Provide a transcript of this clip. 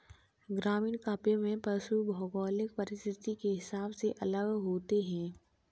ग्रामीण काव्य में पशु भौगोलिक परिस्थिति के हिसाब से अलग होते हैं